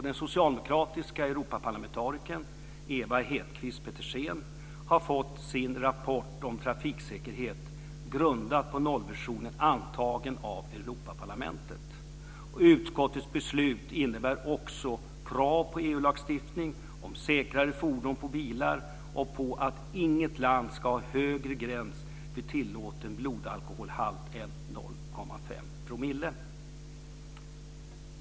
Den socialdemokratiska europaparlamentarikern Ewa Hedkvist Petersen har fått sin rapport om trafiksäkerhet grundad på nollvisionen antagen av Europaparlamentet. Utskottets beslut innebär också krav på EU lagstiftning om säkrare fordon och bilar och på att inget land ska ha högre gräns för tillåten blodalkoholhalt än 0,5 %.